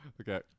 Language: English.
Okay